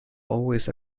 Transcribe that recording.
always